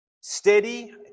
steady